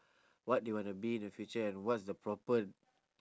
what they wanna be in the future and what's the proper